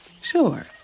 Sure